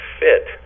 fit